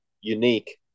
unique